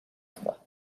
froid